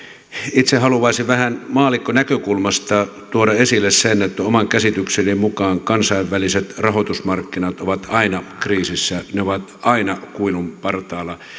itse haluaisin vähän maallikkonäkökulmasta tuoda esille sen että oman käsitykseni mukaan kansainväliset rahoitusmarkkinat ovat aina kriisissä ne ovat aina kuilun partaalla sellaista